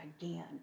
again